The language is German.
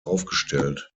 aufgestellt